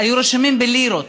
היו רשומים בלירות,